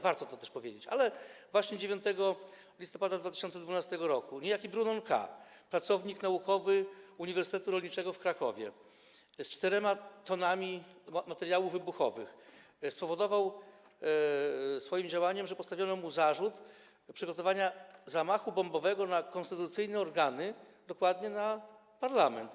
Warto też powiedzieć, że właśnie 9 listopada 2012 r. niejaki Brunon K., pracownik naukowy Uniwersytetu Rolniczego w Krakowie, z 4 t materiałów wybuchowych spowodował swoim działaniem, że postawiono mu zarzut przygotowania zamachu bombowego na konstytucyjne organy, dokładnie na parlament.